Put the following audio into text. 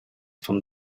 from